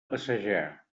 passejar